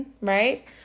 right